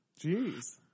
Jeez